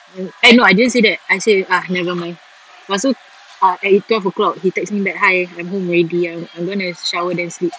then eh no I didn't say that I said ah nevermind lepas tu ah at twelve o'clock he text me back hi I'm home already I'm I'm gonna shower then sleep